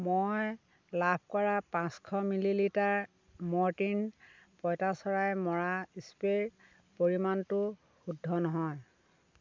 মই লাভ কৰা পাঁচশ মিলিলিটাৰ ম'ৰ্টিন পঁইতাচৰাই মৰা স্প্ৰে'ৰ পৰিমাণটো শুদ্ধ নহয়